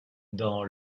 dans